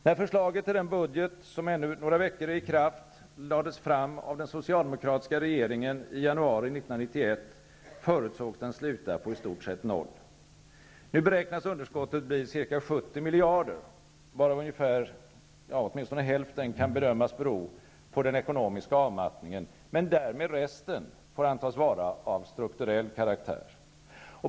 När förslaget till den budget som ännu några veckor är i kraft lades fram av den socialdemokratiska regeringen i januari 1991, förutsågs den sluta på i stort sett noll. Nu beräknas underskottet bli ca 70 miljarder, varav åtminstone hälften kan bedömas bero på den ekonomiska avmattningen men därmed resten får antas vara av strukturell karaktär.